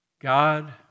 God